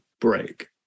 break